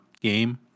game